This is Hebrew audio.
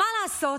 מה לעשות,